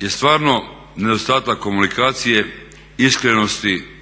je stvarno nedostatak komunikacije, iskrenosti